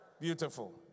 Beautiful